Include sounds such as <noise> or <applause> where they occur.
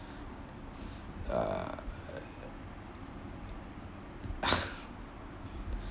uh <laughs>